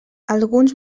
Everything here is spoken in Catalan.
alguns